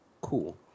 Cool